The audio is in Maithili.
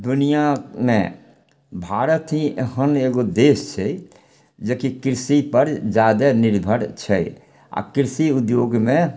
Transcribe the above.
दुनिआमे भारत ही एहन एगो देश छै जेकि कृषिपर जादे निर्भर छै आओर कृषि उद्योगमे